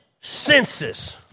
senses